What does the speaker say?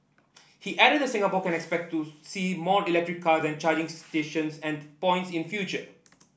he added that Singapore can expect to see more electric car and charging stations and points in future